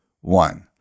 one